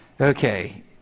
Okay